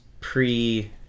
pre